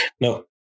No